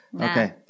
okay